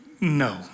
No